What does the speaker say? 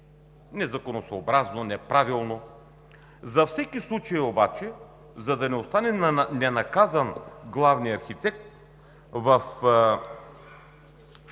незаконосъобразно, неправилно. За всеки случай обаче, за да не остане ненаказан главният архитект, в